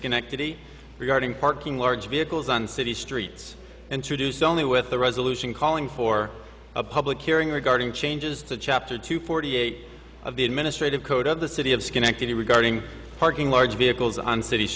schenectady regarding parking large vehicles on city streets and traduce only with the resolution calling for a public hearing regarding changes to chapter two forty eight of the administrative code of the city of schenectady regarding parking large vehicles on city